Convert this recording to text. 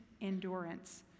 endurance